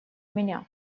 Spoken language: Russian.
меня